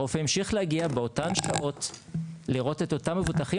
הרופא המשיך להגיע באותם שעות לראות את אותם מבוטחים,